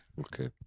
Okay